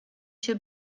się